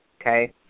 okay